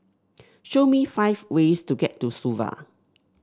show me five ways to get to Suva